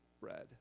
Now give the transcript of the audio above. bread